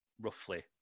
roughly